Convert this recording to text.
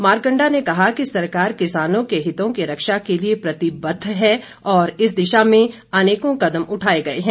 मारकंडा ने कहा कि सरकार किसानों के हितों की रक्षा के लिए प्रतिबद्ध है और इस दिशा में अनेकों कदम उठाए गए हैं